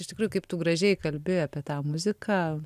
iš tikrųjų kaip tu gražiai kalbi apie tą muziką